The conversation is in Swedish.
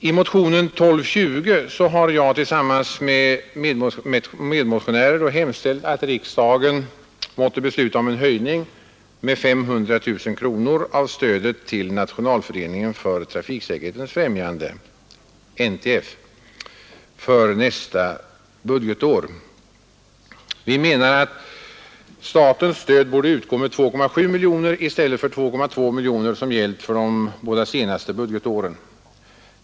I motionen 1220 har jag tillsammans med medmotionärer hemställt att riksdagen måtte besluta om en höjning med 500 000 kronor av stödet till Nationalföreningen för trafiksäkerhetens främjande, NTF, för nästa budgetår. Vi menar att statens stöd borde utgå med 2,7 miljoner kronor i stället för 2,2 miljoner, som utgått för de båda senaste budgetåren.